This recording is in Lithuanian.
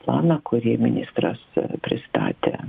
planą kurį ministras pristatė